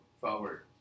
forward